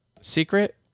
secret